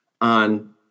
on